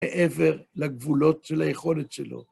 מעבר לגבולות של היכולת שלו.